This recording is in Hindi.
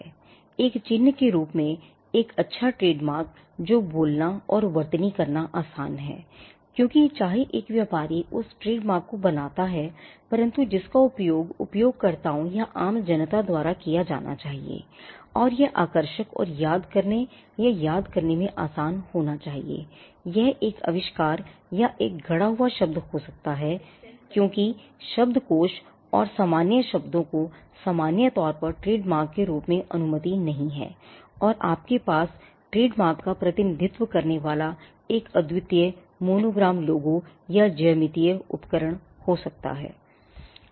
एक चिह्न के रूप में एक अच्छा ट्रेडमार्क जो बोलना और वर्तनी या ज्यामितीय उपकरण हो सकता है